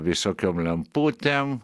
visokiom lemputėm